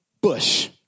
bush